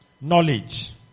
Knowledge